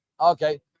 okay